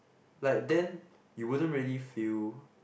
like then you wouldn't really feel